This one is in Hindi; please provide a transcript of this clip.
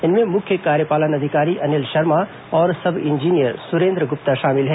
इनमें मुख्य कार्यपालन अधिकारी अनिल शर्मा और सब इंजीनियर सुरेन्द्र गुप्ता शामिल हैं